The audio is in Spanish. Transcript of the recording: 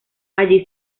allí